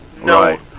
No